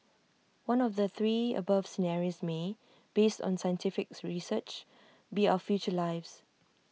one of the three above scenarios may based on scientific research be our future lives